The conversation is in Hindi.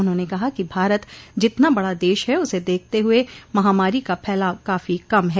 उन्होंने कहा कि भारत जितना बड़ा देश है उसे देखते हुए महामारी का फैलाव काफी कम है